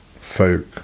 folk